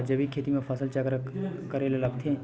का जैविक खेती म फसल चक्र करे ल लगथे?